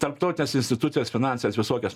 tarptautes institucijas finansines visokias